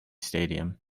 stadium